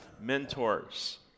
mentors